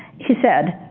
he said,